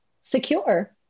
secure